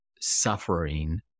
suffering